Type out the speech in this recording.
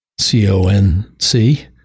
C-O-N-C